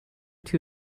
two